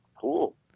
cool